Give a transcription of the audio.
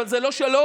אבל זה לא שלום,